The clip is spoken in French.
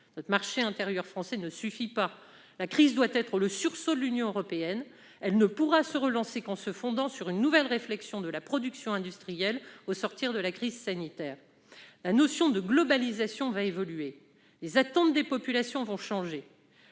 : le marché intérieur français ne suffit pas. La crise doit amener un sursaut de l'Union européenne. Celle-ci ne pourra se relancer qu'en élaborant une réflexion sur la production industrielle au sortir de la crise sanitaire. La notion de mondialisation va évoluer. Les attentes des populations vont changer.